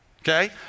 okay